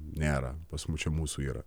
nėra pas mus čia mūsų yra